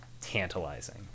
tantalizing